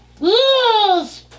Yes